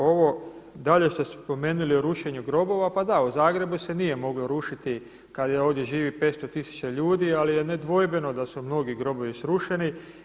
Ovo dalje što ste spomenuli o rušenju grobova, pa da u Zagrebu se nije moglo rušiti kada ovdje živi 500 tisuća ljudi, ali je nedvojbeno da su mnogi grobovi srušeni.